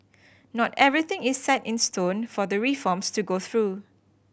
not everything is set in stone for the reforms to go through